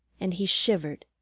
and he shivered,